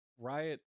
Riot